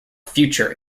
future